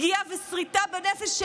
פגיעה וסריטה בנפש.